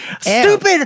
stupid